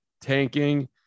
tanking